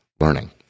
learning